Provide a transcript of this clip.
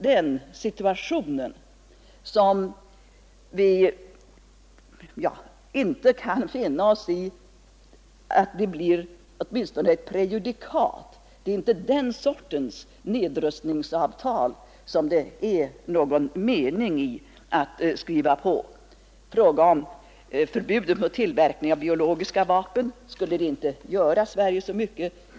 Det är den situationen som vi inte kan finna oss i. Den skulle åtminstone få en farlig verkan som prejudikat. Det är inte den sortens nedrustningsavtal som det är någon mening att arbeta fram. Att skriva på ett förbud mot tillverkning av biologiska vapen skulle i och för sig inte påverka Sverige så mycket.